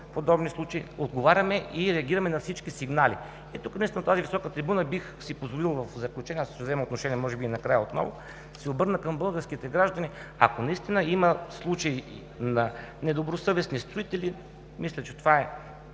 подобни случаи, отговаряме и реагираме на всички сигнали. От тази висока трибуна бих си позволил в заключение, може би ще взема отношение може би накрая отново, да се обърна към българските граждани, ако наистина има случаи на недобросъвестни строители, мисля, че това е